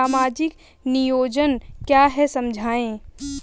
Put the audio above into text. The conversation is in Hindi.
सामाजिक नियोजन क्या है समझाइए?